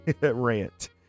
Rant